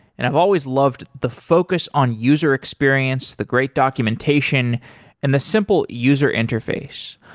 and i've always loved the focus on user experience, the great documentation and the simple user interface.